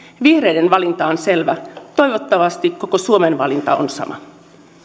vihreiden valinta on selvä toivottavasti koko suomen valinta on sama